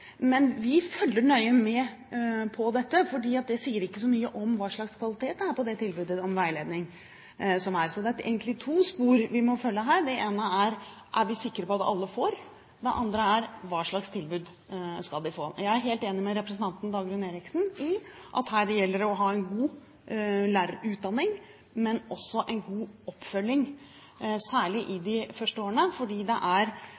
Men vi følger nøye med på dette, for det sier ikke så mye om hva slags kvalitet det er på det tilbudet om veiledning som gis. Så det er egentlig to spor vi må følge her. Det ene er: Er vi sikre på at alle får? Det andre er: Hva slags tilbud skal de få? Jeg er helt enig med representanten Dagrun Eriksen i at her gjelder det å ha en god lærerutdanning, men også en god oppfølging, særlig de første årene, for det er